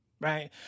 right